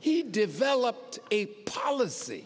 he developed a policy